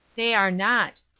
they are not,